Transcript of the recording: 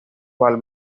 val